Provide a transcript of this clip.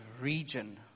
region